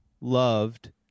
loved